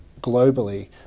globally